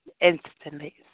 instantly